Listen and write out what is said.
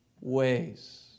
ways